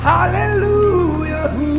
Hallelujah